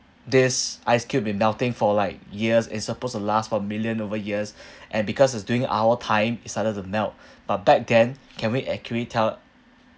this ice cube been melting for like years is supposed to last for million over years and because it's during our time it started to melt but back then can we accurately tell